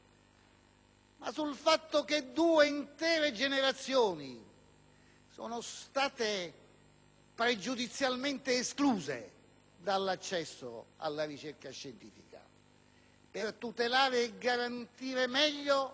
ma per il fatto che due intere generazioni sono state pregiudizialmente escluse dall'accesso alla ricerca scientifica per tutelare e garantire meglio